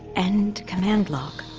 end command log